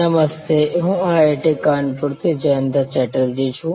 નમસ્તે હું IIT કાનપુરથી જયંતા ચેટર્જી છું